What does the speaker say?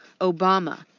Obama